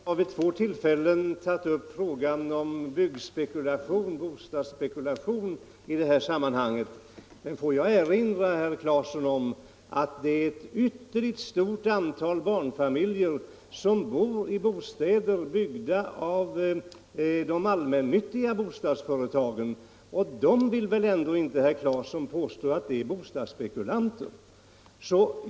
Herr talman! Herr Claeson har vid två tillfällen tagit upp frågan om byggspekulation och bostadsspekulation i det här sammanhanget. Får jag erinra herr Claeson om att ett stort antal barnfamiljer bor i bostäder byggda av de allmännyttiga bostadsföretagen — och herr Claeson vill väl inte påstå de är bostadsspekulanter?